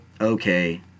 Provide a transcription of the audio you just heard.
okay